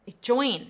Join